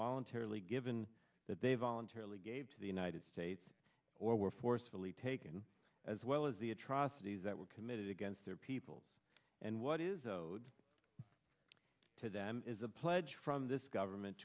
voluntarily given that they voluntarily gave to the united states or were forcefully taken as well as the atrocities that were committed against their people and what is owed to them is a pledge from this government